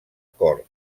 cort